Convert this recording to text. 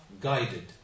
guided